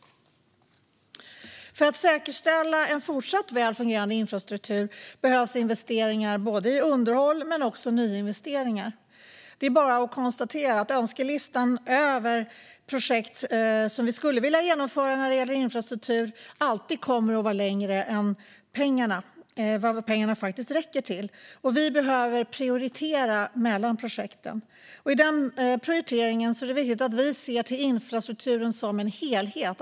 För att säkerställa en fortsatt väl fungerande infrastruktur behövs investeringar i underhåll men också nyinvesteringar. Det är bara att konstatera att önskelistan över projekt som vi skulle vilja genomföra när det gäller infrastruktur alltid kommer att vara längre än vad pengarna faktiskt räcker till. Vi behöver prioritera mellan projekten. I den prioriteringen är det viktigt att vi ser infrastrukturen som en helhet.